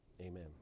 amen